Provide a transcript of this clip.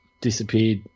disappeared